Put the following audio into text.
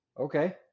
okay